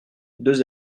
deux